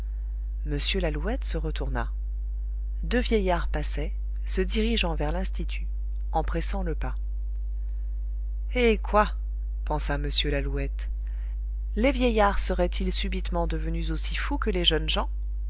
m lalouette se retourna deux vieillards passaient se dirigeant vers l'institut en pressant le pas eh quoi pensa m lalouette les vieillards seraient-ils subitement devenus aussi fous que les jeunes gens